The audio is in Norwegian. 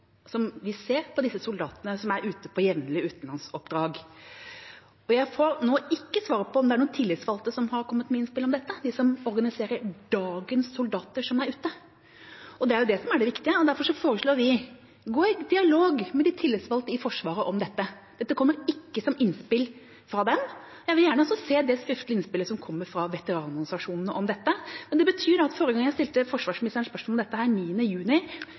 vi ser hvilket press det er på disse soldatene som er jevnlig ute på utenlandsoppdrag. Jeg får ikke svar på om det er noen tillitsvalgte, de som organiserer dagens soldater som er ute, som har kommet med innspill om dette. Det er jo det som er viktig. Derfor foreslår vi at man skal gå i dialog med de tillitsvalgte i Forsvaret om dette. Dette kommer ikke som et innspill fra dem. Jeg vil gjerne også se det skriftlige innspillet som skal ha kommet fra veteranorganisasjonene om dette. Forrige gang jeg stilte forsvarsministeren spørsmål om dette, den 9. juni